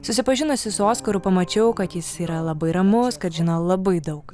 susipažinusi su oskaru pamačiau kad jis yra labai ramus kad žino labai daug